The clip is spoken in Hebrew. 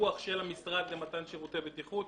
בפיקוח של המשרד למתן שירותי בטיחות.